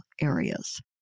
areas